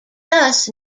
thus